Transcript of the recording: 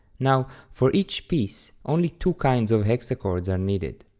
now, for each piece, only two kinds of hexachords are needed.